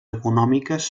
econòmiques